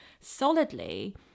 solidly